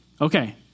Okay